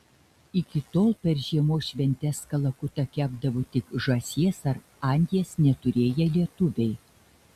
iki tol per žiemos šventes kalakutą kepdavo tik žąsies ar anties neturėję lietuviai